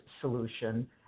solution